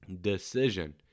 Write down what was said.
decision